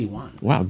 Wow